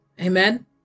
amen